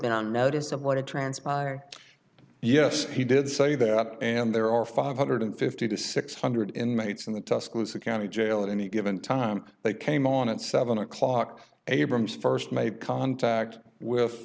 transpired yes he did say that and there are five hundred and fifty to six hundred inmates in the tuscaloosa county jail at any given time they came on at seven o'clock abrams st made contact